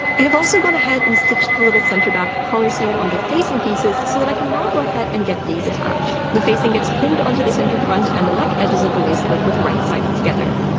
i have also gone ahead and stitched the little center back collar seam on the facing pieces so that i can now go ahead and get these attached. the facing gets pinned onto the center front and the neck edges of the waist coat with the right sides together.